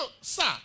sir